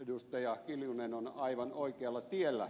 kimmo kiljunen on aivan oikealla tiellä